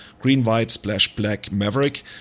Green-White-Splash-Black-Maverick